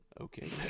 Okay